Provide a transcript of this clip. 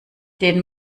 den